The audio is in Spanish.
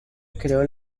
creó